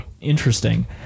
interesting